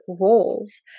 roles